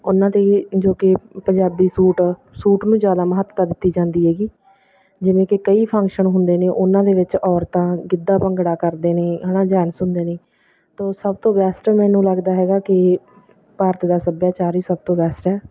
ਉਹਨਾਂ ਦੇ ਜੋ ਕਿ ਪੰਜਾਬੀ ਸੂਟ ਸੂਟ ਨੂੰ ਜ਼ਿਆਦਾ ਮਹੱਤਤਾ ਦਿੱਤੀ ਜਾਂਦੀ ਹੈਗੀ ਜਿਵੇਂ ਕਿ ਕਈ ਫੰਕਸ਼ਨ ਹੁੰਦੇ ਨੇ ਉਹਨਾਂ ਦੇ ਵਿੱਚ ਔਰਤਾਂ ਗਿੱਧਾ ਭੰਗੜਾ ਕਰਦੇ ਨੇ ਹੈ ਨਾ ਜੈਂਟਸ ਹੁੰਦੇ ਨੇ ਤਾਂ ਸਭ ਤੋਂ ਬੈਸਟ ਮੈਨੂੰ ਲੱਗਦਾ ਹੈਗਾ ਕਿ ਭਾਰਤ ਦਾ ਸੱਭਿਆਚਾਰ ਹੀ ਸਭ ਤੋਂ ਬੈਸਟ ਹੈ